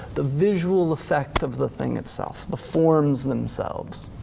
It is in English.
the visual effect of the thing itself, the forms themselves.